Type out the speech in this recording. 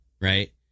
right